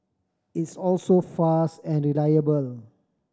it's also fast and reliable